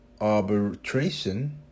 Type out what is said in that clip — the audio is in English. arbitration